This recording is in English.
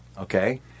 Okay